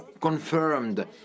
confirmed